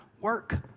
work